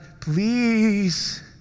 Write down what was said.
please